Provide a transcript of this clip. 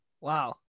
Wow